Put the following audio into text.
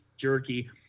Jerky